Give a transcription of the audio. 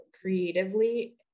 creatively